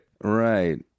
Right